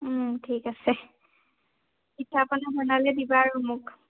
ঠিক আছে পিঠা পনা বনালে দিবা আৰু মোক